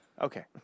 Okay